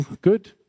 Good